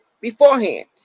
beforehand